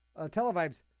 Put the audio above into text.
Televibes